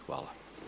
Hvala.